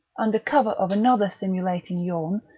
under cover of another simulated yawn,